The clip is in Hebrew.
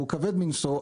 שהוא כבד מנשוא,